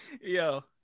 Yo